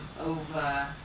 over